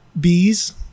Bees